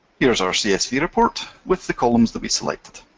here's our csv report with the columns that we selected.